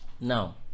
now